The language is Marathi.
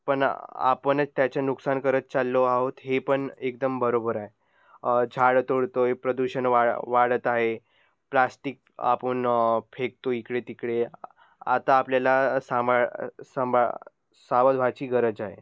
पण आपणच त्याचं नुकसान करत चाललो आहोत हेपण एकदम बरोबर आहे झाड तोडतो आहे प्रदूषण वा वाढत आहे प्लास्टिक आपण फेकतो इकडे तिकडे आता आपल्याला सांभाळ संबा सावध व्हायची गरज आहे